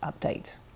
update